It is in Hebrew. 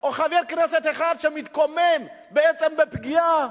או חבר כנסת אחד שמתקומם בעצם על הפגיעה